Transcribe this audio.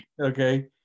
Okay